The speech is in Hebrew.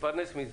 מתפרנס מזה.